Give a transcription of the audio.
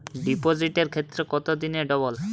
ডিপোজিটের ক্ষেত্রে কত দিনে ডবল?